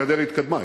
הגדר התקדמה,